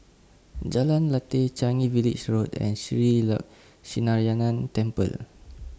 Jalan Lateh Changi Village Road and Shree Temple